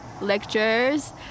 lectures